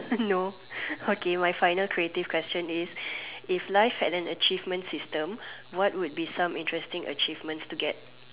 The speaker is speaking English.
no okay my final creative question is if life had an achievement system what would be some interesting achievements to get